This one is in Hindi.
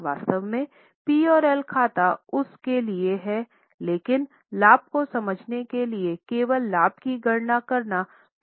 वास्तव में पी और एल खाता उस के लिए है लेकिन लाभ को समझने के लिए केवल लाभ की गणना करना पर्याप्त नहीं है